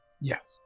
Yes